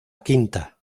quinta